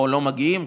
או אינם מגיעים,